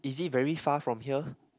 is it very far from here